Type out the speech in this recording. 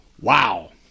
Wow